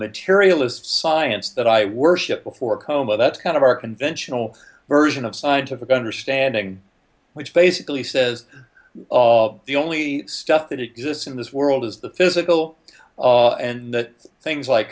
materialist science that i worship before coma that's kind of our conventional version of scientific understanding which basically says the only stuff that exists in this world is the physical and that things like